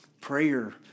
prayer